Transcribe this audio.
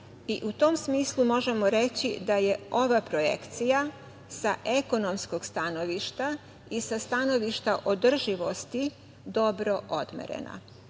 i u tom smislu možemo reći da je to ova projekcija sa ekonomskog stanovišta i sa stanovišta održivosti dobro domerena.